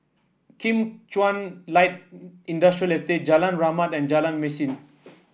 Kim Chuan Light Industrial Estate Jalan Rahmat and Jalan Mesin